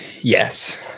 Yes